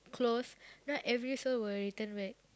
close right every soul will return back